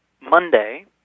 Monday